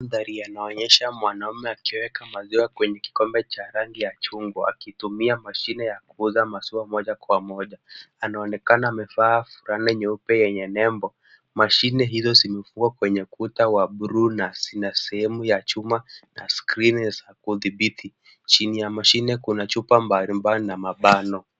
Mandhari yanaonyesha mwanamume akiweka maziwa kwenye kikombe cha rangi ya chungwa, akitumia mashine ya kuuza maziwa moja kwa moja. Anaonekana amevaa fulana nyeupe yenye nembo. Mashine hizo zilikuwa kwenye kuta wa bluu na zina sehemu ya chuma na skrini za kudhibiti. Chini ya mashine, kuna chupa mbalimbali na mabano.